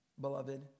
beloved